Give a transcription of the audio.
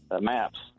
maps